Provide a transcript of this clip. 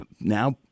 Now